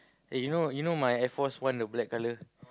eh you know you know my Air Force One the black colour